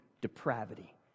depravity